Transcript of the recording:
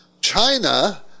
China